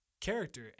character